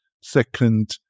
second